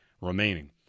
remaining